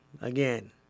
Again